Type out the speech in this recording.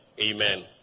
Amen